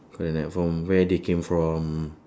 correct from where they came from